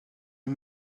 les